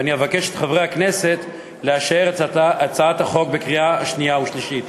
ואני אבקש מחברי הכנסת לאשר את הצעת החוק בקריאה שנייה ושלישית.